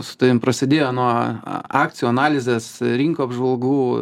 su tavim prasidėjo nuo akcijų analizės rinkų apžvalgų